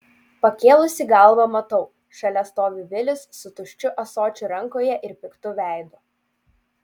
pakėlusi galvą matau šalia stovi vilis su tuščiu ąsočiu rankoje ir piktu veidu